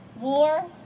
War